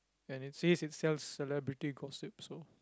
and it says it sells celebrity gossip so